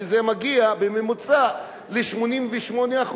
שזה מגיע בממוצע ל-88%,